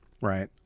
right